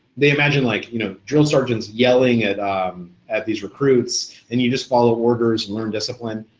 they imagine like you know drill sergeants yelling at at these recruits and you just follow orders and learn discipline,